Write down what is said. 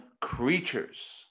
creatures